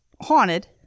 haunted